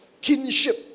kinship